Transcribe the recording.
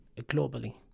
globally